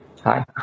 hi